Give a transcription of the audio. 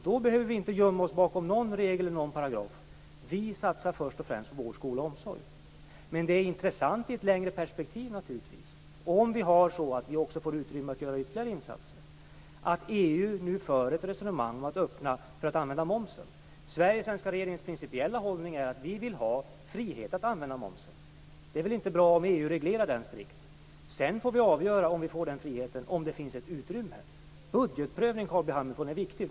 Då behöver vi inte gömma oss bakom någon regel eller någon paragraf. Vi satsar alltså först och främst på vården, skolan och omsorgen. I ett längre perspektiv är det intressant att EU, om det blir utrymme för att göra ytterligare insatser, nu för ett resonemang om att öppna för att använda momsen. Den svenska regeringens principiella hållning är att vi vill ha frihet att använda momsen. Det är väl inte bra om EU strikt reglerar den. Sedan får vi avgöra - om vi får den friheten och det finns ett utrymme. Budgetprövning, Carl B Hamilton, är viktigt!